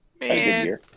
Man